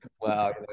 Wow